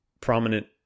prominent